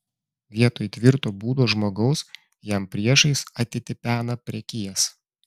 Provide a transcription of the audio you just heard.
vietoj tvirto būdo žmogaus jam priešais atitipena prekijas